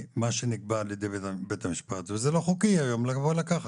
מה שנקבע על ידי בית המשפט וזה לא חוקי היום לבוא ולקחת.